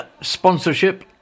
sponsorship